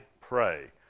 pray